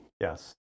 Yes